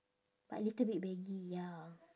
but a little bit baggy ya